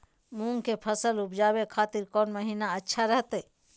मूंग के फसल उवजावे खातिर कौन महीना अच्छा रहतय?